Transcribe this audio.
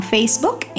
Facebook